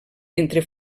entre